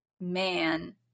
man